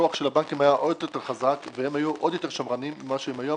הכוח של הבנקים היה עוד יותר חזק והם היו עוד יותר שמרנים ממה שהם היום.